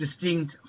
distinct